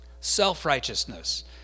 Self-righteousness